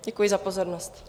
Děkuji za pozornost.